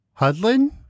Hudlin